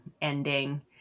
ending